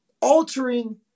altering